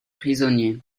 prisonniers